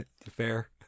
fair